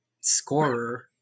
scorer